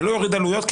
זה לא יוריד עלויות,